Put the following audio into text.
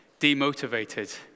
demotivated